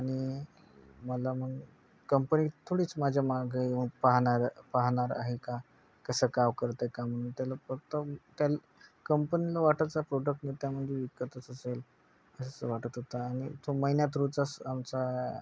आणि मला मग कंपनी थोडीच माझ्या मग येऊ पाहन पाहणार आहे का कसं काय करतं आहे का म्हणून त्याला फक्त त्या कंपनीला वाटायचा प्रोडक्ट मग त्या म्हणजे विकतच असेल असंच वाटत होता आणि तो महिन्यात रोजचाच आमचा